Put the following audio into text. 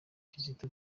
kizito